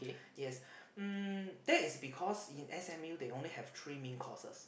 yes um that is because in s_m_u they only have three main courses